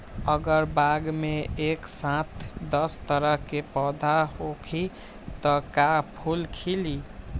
अगर बाग मे एक साथ दस तरह के पौधा होखि त का फुल खिली?